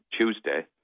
Tuesday